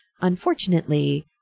Unfortunately